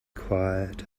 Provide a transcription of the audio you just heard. quiet